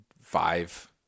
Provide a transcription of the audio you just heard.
five